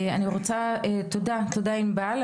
תודה, ענבל.